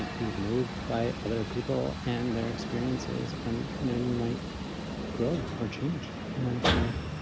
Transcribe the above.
like be moved by other people and their experiences and you know, you might grow or change in that experience.